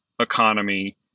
economy